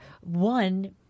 one